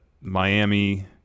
Miami